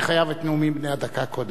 אני חייב לקיים את הנאומים בני הדקה קודם,